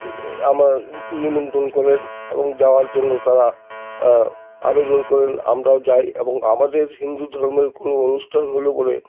আমার নিমন্ত্রণ করেন এবং যাওয়ার জন্য তারা আবেদন করেন আমরাও যাই এবং আমাদের হিন্দু ধর্মের কোনো অনুষ্ঠান হল বলে